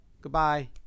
Goodbye